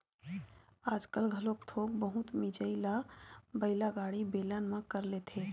आजकाल घलोक थोक बहुत मिजई ल बइला गाड़ी, बेलन म कर लेथे